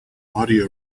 audio